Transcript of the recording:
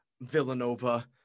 Villanova